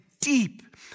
deep